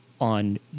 on